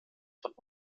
von